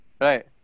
right